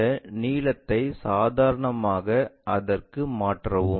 இந்த நீளத்தை சாதாரணமாக அதற்கு மாற்றவும்